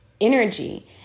energy